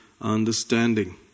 understanding